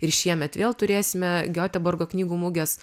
ir šiemet vėl turėsime gioteburgo knygų mugės